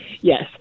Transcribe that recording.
yes